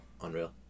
Unreal